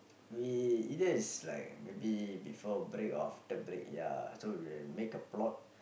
we either is like maybe before break of the break ya so we make a plot